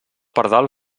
pardal